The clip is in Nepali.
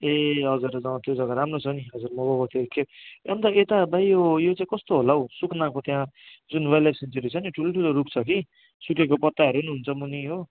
ए हजुर अँ त्यो जग्गा राम्रो छ नि हजुर म गएको थिएँ एकखेप अन्त यता भाइ यो यो चाहिँ कस्तो होला हौ सुकुनाको त्यहाँ जुन वाइल्ड लाइफ सेन्चुरी छ नि ठुलठुलो रुख छ कि सुकेको पत्ताहरू पनि हुन्छ मुनि हो